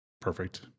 perfect